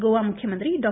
ഗോവ മുഖ്യമന്ത്രി ഡോ